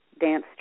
dance